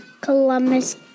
Columbus